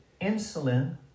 insulin